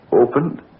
opened